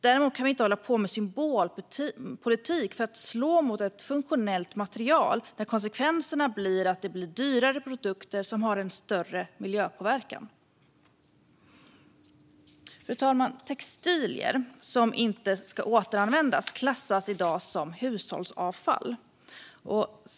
Däremot kan vi inte hålla på med symbolpolitik som slår mot ett funktionellt material när konsekvensen blir dyrare produkter med större miljöpåverkan. Fru talman! Textilier som inte ska återanvändas klassas i dag som hushållsavfall.